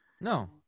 no